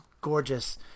gorgeous